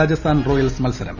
Rajasthan Royals മത്സരം